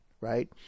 right